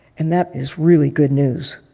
and that is really good news.